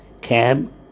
cab